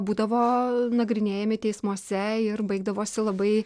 būdavo nagrinėjami teismuose ir baigdavosi labai